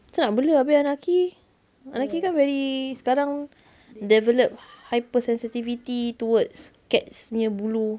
macam mana nak bela habis anaqi anaqi kan very sekarang develop hyper sensitivity towards cats nya bulu